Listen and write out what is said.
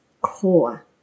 core